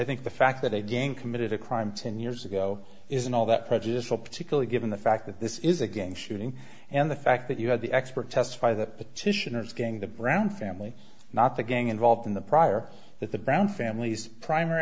think the fact that a gang committed a crime ten years ago isn't all that prejudicial particularly given the fact that this is a game shooting and the fact that you had the expert testify the petitioner's gang the brown family not the gang involved in the prior that the brown families prim